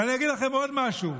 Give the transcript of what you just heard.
ואני אגיד לכם עוד משהו: